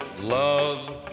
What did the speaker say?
Love